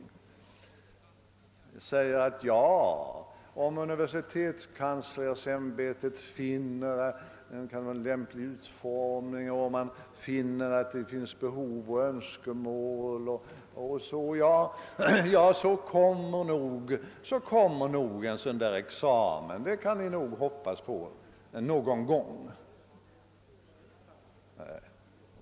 Han säger att om universitetskanslersämbetet finner en lämplig utformning och om det finns behov, önskemål 0o.s.v., kommer nog en sådan examen att inrättas någon gång. Det kan ni nog hoppas på, menar han.